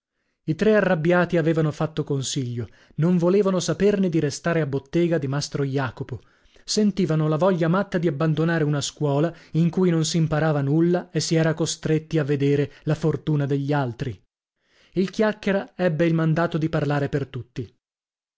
i tre arrabbiati avevano fatto consiglio non volevano saperne di restare a bottega di mastro jacopo sentivano la voglia matta di abbandonare una scuola in cui non s'imparava nulla e si era costretti a vedere la fortuna degli altri il chiacchiera ebbe il mandato di parlare per tutti